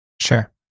Sure